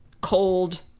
cold